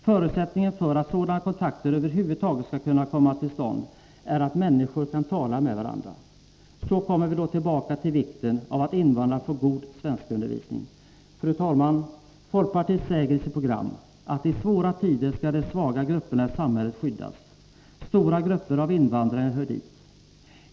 Förutsättningen för att sådana kontakter över huvud taget skall kunna komma till stånd är att människor kan tala med varandra. Så kommer vi då tillbaka till vikten av att invandrare får god svenskundervisning. Fru talman! Folkpartiet säger i sitt program att det i svåra tider är de svagaste grupperna i samhället som skall skyddas. Stora grupper av invandrarna hör dit.